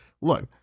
Look